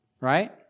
Right